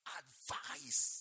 advice